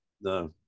no